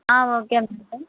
okay madam